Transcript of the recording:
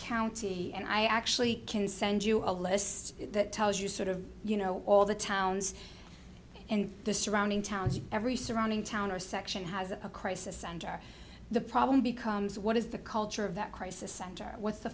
county and i actually can send you a list that tells you sort of you know all the towns and the surrounding towns every surrounding town or section has a crisis center the problem becomes what is the culture of that